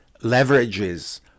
leverages